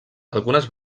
algunes